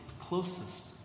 closest